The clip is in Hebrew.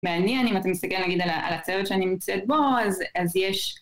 מעניין אם אתם מסתכל נגיד על הצוות שאני נמצאת בו, אז יש...